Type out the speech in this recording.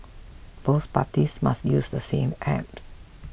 both parties must use the same app